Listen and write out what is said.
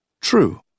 True